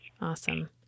Awesome